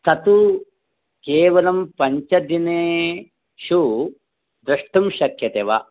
तत् केवलं पञ्चदिनेषु द्रष्टुं शक्यते वा